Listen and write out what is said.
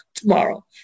tomorrow